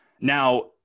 Now